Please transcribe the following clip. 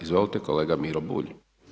Izvolite kolega Miro Bulj.